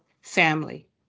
family